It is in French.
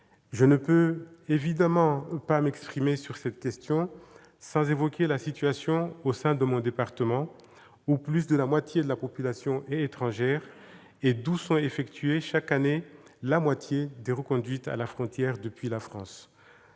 Je ne puis évidemment pas m'exprimer sur cette question sans évoquer la situation au sein de mon département, où plus de la moitié de la population est étrangère et d'où sont effectuées chaque année la moitié des reconduites à la frontière depuis la France.